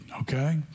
Okay